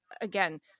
again